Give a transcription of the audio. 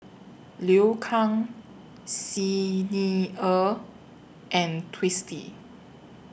Liu Kang Xi Ni Er and Twisstii